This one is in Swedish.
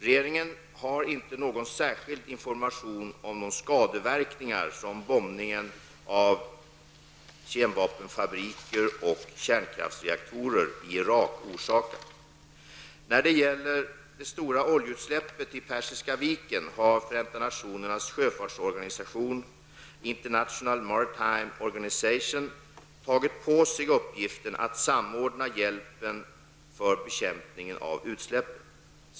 Regeringen har inte någon särskild information om de skadeverkningar som bombningen av kemvapenfabriker och kärnkraftsreaktorer i Irak orsakat. När det gäller det stora oljeutsläppet i Persiska viken har Förenta nationernas sjöfartsorganisation IMO tagit på sig uppgiften att samordna hjälpen för bekämpningen av utsläppet.